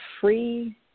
Free